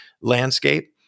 landscape